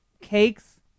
cakes